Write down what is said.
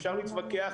אפשר להתווכח,